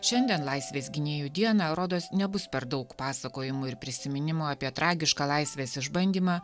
šiandien laisvės gynėjų dieną rodos nebus per daug pasakojimų ir prisiminimų apie tragišką laisvės išbandymą